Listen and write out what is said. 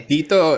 Dito